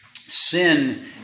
sin